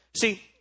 See